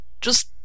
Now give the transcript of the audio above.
Just